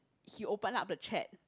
he open up the chat